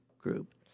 group